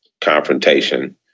confrontation